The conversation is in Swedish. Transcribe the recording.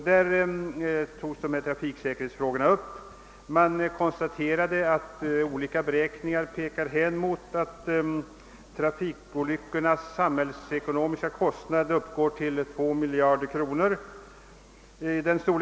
Där togs trafiksäkerhetsfrågorna upp, och det konstaterades att olika beräkningar pekar på att trafikolyckornas samhällsekonomiska kostnader uppgår till ungefär två miljarder kronor per år.